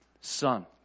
son